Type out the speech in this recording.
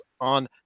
on